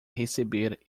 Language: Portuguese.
receber